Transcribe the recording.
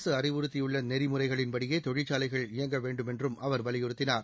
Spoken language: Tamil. அரசு அறிவுறுத்தியுள்ள நெறிமுறைகளின்படியே தொழிற்சாலைகள் இயக்க வேண்டுமென்றும் அவர் வலியுறுத்தினார்